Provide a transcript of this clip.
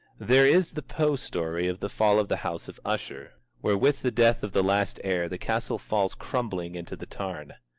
there is the poe story of the fall of the house of usher, where with the death of the last heir the castle falls crumbling into the tarn.